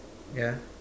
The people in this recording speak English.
ya